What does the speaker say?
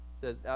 Says